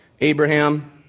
Abraham